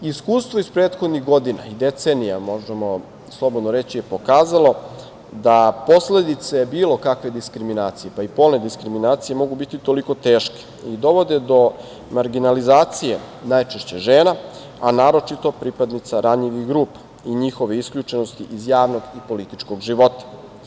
Iskustvo iz prethodnih godina i decenija, možemo slobodno reći, je pokazalo da posledice bilo kakve diskriminacije, pa i polne diskriminacije, mogu biti toliko teške i dovode do marginalizacije najčešće žena, a naročito pripadnica ranjivih grupa i njihove isključenosti iz javnog i političkog života.